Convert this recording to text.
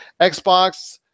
Xbox